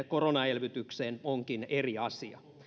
koronaelvytykseen onkin eri asia